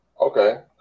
Okay